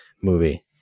movie